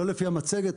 לא לפי המצגת.